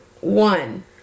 one